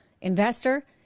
investor